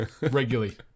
regularly